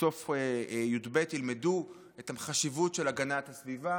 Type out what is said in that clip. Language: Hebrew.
סוף י"ב, ילמדו על החשיבות של הגנת הסביבה